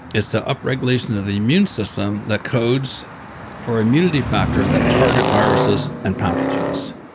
is to up regulation of the immune system that codes for immunity factors that target viruses and pathogens.